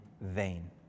vain